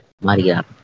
Maria